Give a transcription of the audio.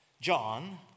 John